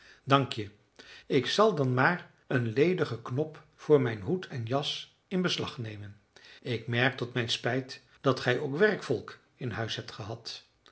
dank je ik zal dan maar een ledigen knop voor mijn hoed en jas in beslag nemen ik merk tot mijn spijt dat gij ook werkvolk in huis hebt gehad